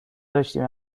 داشتیم